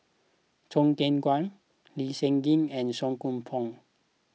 Choo Keng Kwang Lee Seng Gee and Song Koon Poh